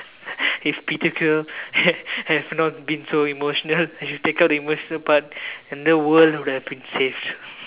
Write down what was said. if peter-quill had have not been so emotional I should take out the emotional part and the world would have been saved